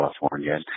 California